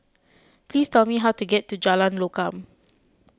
please tell me how to get to Jalan Lokam